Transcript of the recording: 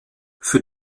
für